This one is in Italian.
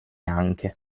anche